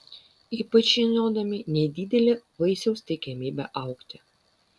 ypač žinodami nedidelę vaisiaus tikimybę augti